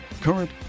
current